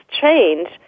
change